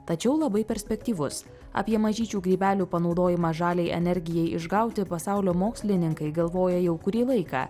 tačiau labai perspektyvus apie mažyčių grybelių panaudojimą žaliai energijai išgauti pasaulio mokslininkai galvoja jau kurį laiką